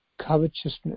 covetousness